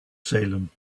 salem